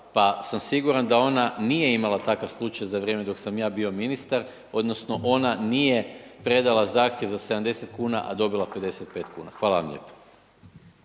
pa sam siguran da ona nije imala takav slučaj za vrijeme dok sam ja bio ministar, odnosno ona nije predala zahtjev za 70 kuna, a dobila 55 kuna. Hvala vam lijepo.